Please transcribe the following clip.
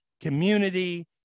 community